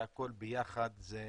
שהכול ביחד זה